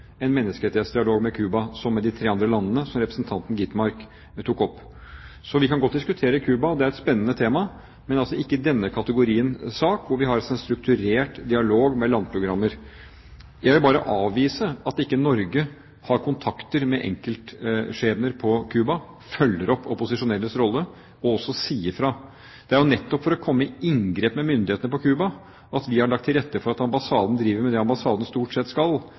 en menneskerettighetsdialog med Cuba som vi har med de tre andre landene som representanten Gitmark tok opp. Vi kan godt diskutere Cuba – det er et spennende tema – men altså ikke i denne kategorien sak, hvor vi har en strukturert dialog med landprogrammer. Jeg vil avvise at Norge ikke har kontakt med enkeltskjebner på Cuba, følger opp opposisjonelles rolle og også sier fra. Det er jo nettopp for å komme i inngrep med myndighetene på Cuba at vi har lagt til rette for at ambassaden driver med det ambassaden stort sett skal,